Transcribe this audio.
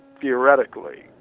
theoretically